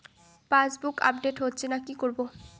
Passbook update হচ্ছেনা কি করবো?